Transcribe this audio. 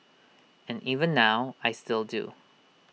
and even now I still do